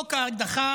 חוק ההדחה